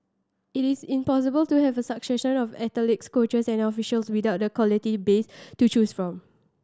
it is impossible to have a succession of athletes coaches and officials without a quality base to choose from